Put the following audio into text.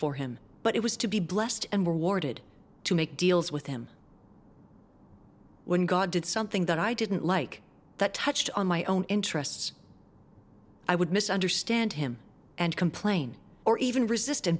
for him but it was to be blessed and rewarded to make deals with him when god did something that i didn't like that touched on my own interests i would misunderstand him and complain or even resist an